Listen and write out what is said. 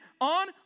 on